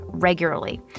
Regularly